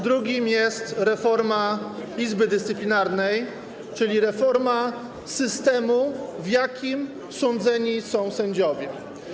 Drugim jest reforma Izby Dyscyplinarnej, czyli reforma systemu, w jakim sądzeni są sędziowie.